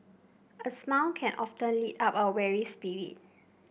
a smile can often lift up a weary spirit